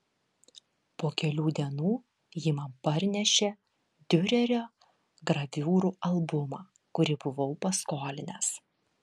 po kelių dienų ji man parnešė diurerio graviūrų albumą kurį buvau paskolinęs